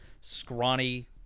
scrawny